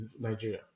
Nigeria